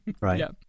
right